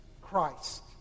Christ